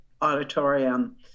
auditorium